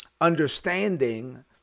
understanding